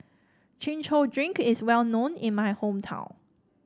Chin Chow Drink is well known in my hometown